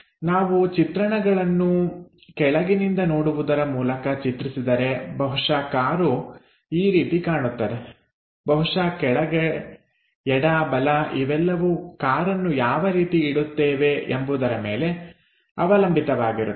ನಾವು ಚಿತ್ರಣಗಳನ್ನು ಕೆಳಗಿನಿಂದ ನೋಡುವುದರ ಮೂಲಕ ಚಿತ್ರಿಸಿದರೆ ಬಹುಶಃ ಕಾರು ಈ ರೀತಿ ಕಾಣುತ್ತದೆಬಹುಶಃ ಕೆಳಗೆ ಎಡ ಬಲ ಇವೆಲ್ಲವೂ ಕಾರನ್ನು ಯಾವ ರೀತಿ ಇಡುತ್ತೇವೆ ಎಂಬುದರ ಮೇಲೆ ಅವಲಂಬಿತವಾಗಿರುತ್ತದೆ